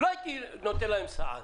לא הייתי נותן להם סעד